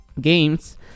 Games